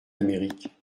amérique